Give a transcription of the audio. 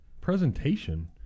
Presentation